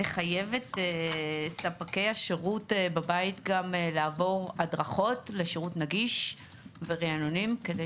לחייב את ספקי השירות בבית גם לעבור הדרכות לשירות נגיש ורענונים כדי